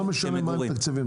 זה לא משנה מה התקציבים.